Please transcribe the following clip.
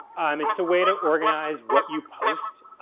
um it's a way to organize what you post.